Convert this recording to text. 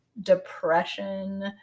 depression